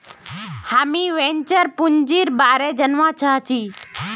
हामीं वेंचर पूंजीर बारे जनवा चाहछी